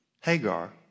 Hagar